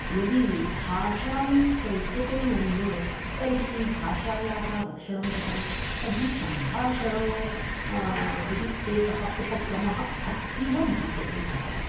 यदि भाषणं संस्कृतेन न तर्हि भाषायाः रक्षणं कथं तर्हि सम्भाषणम् इति एकः उपक्रमः अत्तीवमहत्त्वभूतः